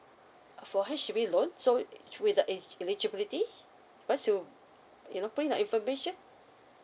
for H_D_B loan so with the eli~ eligibility once you you know bring your information